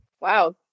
Wow